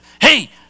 hey